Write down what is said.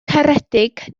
caredig